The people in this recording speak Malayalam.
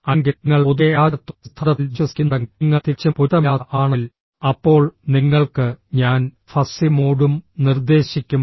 അല്ലെങ്കിൽ നിങ്ങൾ പൊതുവെ അരാജകത്വ സിദ്ധാന്തത്തിൽ വിശ്വസിക്കുന്നുണ്ടെങ്കിൽ നിങ്ങൾ തികച്ചും പൊരുത്തമില്ലാത്ത ആളാണെങ്കിൽ അപ്പോൾ നിങ്ങൾക്ക് ഞാൻ ഫസ്സി മോഡും നിർദ്ദേശിക്കും